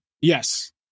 Yes